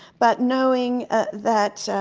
but knowing that,